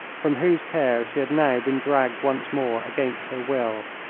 from whose care she had now been dragged once more, against her will.